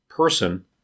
Person